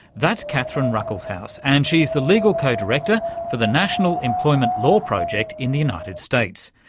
that's catherine ruckleshaus and she's the legal co-director for the national employment law project in the united states.